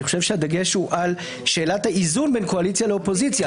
חושב שהדגש הוא על שאלת האיזון בין קואליציה לאופוזיציה.